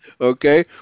Okay